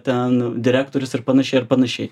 ten direktorius ir panašiai ir panašiai